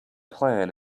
plan